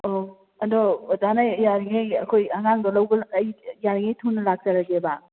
ꯑꯣ ꯑꯗꯣ ꯑꯣꯖꯥꯅ ꯌꯥꯔꯤꯉꯩ ꯑꯩꯈꯣꯏ ꯑꯉꯥꯡꯗꯣ ꯂꯧꯕ ꯑꯩ ꯌꯥꯔꯤꯉꯩ ꯊꯨꯅ ꯂꯥꯛꯆꯔꯒꯦꯕ